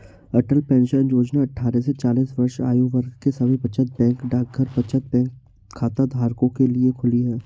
अटल pension योजना अट्ठारह से चालीस वर्ष आयु वर्ग के सभी बचत बैंक डाकघर बचत बैंक खाताधारकों के लिए खुली है